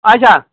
اَچھا